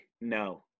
No